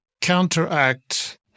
counteract